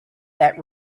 that